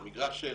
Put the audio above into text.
במגרש של